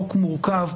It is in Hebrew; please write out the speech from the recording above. חוק מורכב,